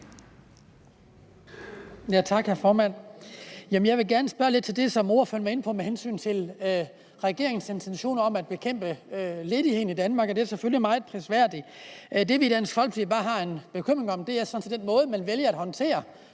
Tak, hr. formand. Jeg vil gerne spørge lidt til det, som ordføreren var inde på, med regeringens intention om at bekæmpe ledigheden i Danmark. Det er selvfølgelig meget prisværdigt, men det, vi i Dansk Folkeparti har en bekymring om, er sådan set den måde, man vælger at håndtere